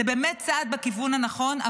זה באמת צעד בכיוון הנכון,